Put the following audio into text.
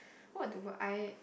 what do I